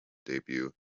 debut